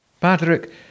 Patrick